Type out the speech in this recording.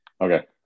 okay